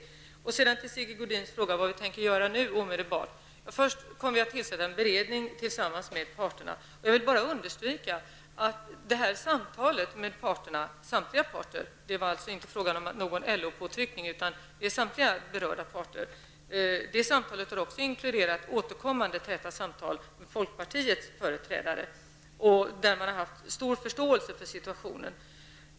Vidare har vi Sigge Godins fråga vad socialdepartementet tänker göra omedelbart. Först kommer en beredning att tillsättas tillsammans med parterna. Jag vill understryka att samtalet med samtliga parter -- det är inte fråga om en LO påtryckning -- har inkluderat återkommande täta samtal med folkpartiets företrädare. Man har där haft stor förståelse för situationen.